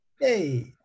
Hey